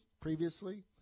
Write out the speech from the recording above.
previously